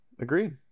agreed